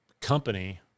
company